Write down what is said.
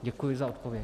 Děkuji za odpověď.